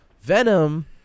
Venom